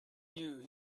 you